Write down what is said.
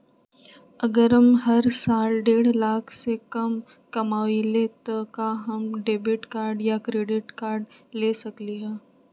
अगर हम हर साल डेढ़ लाख से कम कमावईले त का हम डेबिट कार्ड या क्रेडिट कार्ड ले सकली ह?